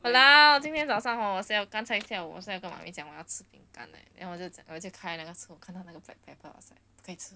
!walao! 今天早上 hor 我 send hor 刚才下午我 send 我来讲我要吃饼干 leh then 我就开那个吃我就看到那个 black black dots leh